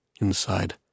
Inside